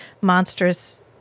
monstrous